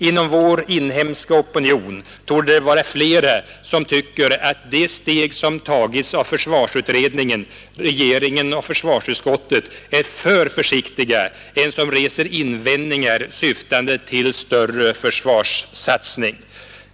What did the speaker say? Inom vår inhemska opinion torde det vara flera som tycker att de steg som tagits av försvarsutredningen, regeringen och försvarsutskottet är för försiktiga än som reser invändningar syftande till större försvarssatsning.